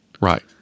Right